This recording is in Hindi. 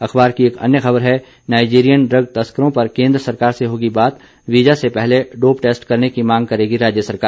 अखबार की एक अन्य खबर है नाइजीरियन ड्रग तस्करों पर केंद्र सरकार से होगी बात वीजा से पहले डोप टेस्ट करने की मांग करेगी राज्य सरकार